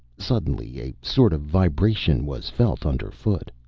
suddenly a sort of vibration was felt under foot.